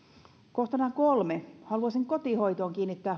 kohtana kolme haluaisin kotihoitoon kiinnittää